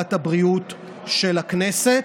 בוועדת הבריאות של הכנסת.